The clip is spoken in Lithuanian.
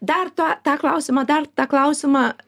dar tą tą klausimą dar tą klausimą